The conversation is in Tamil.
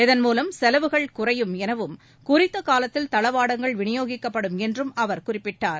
அதன் மூலம் செலவுகள் குறையும் எனவும் குறித்த காலத்தில் தளவாடங்கள் விநியோகிக்கப்படும் என்றும் அவர் குறிப்பிட்டார்